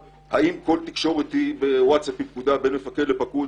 האם כל תקשורת בווטסאפ היא פקודה בין מפקד לפקוד?